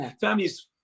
families